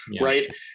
right